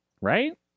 Right